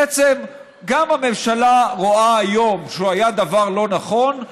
בעצם גם הממשלה רואה היום שהוא היה דבר לא נכון,